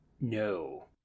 No